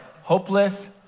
hopeless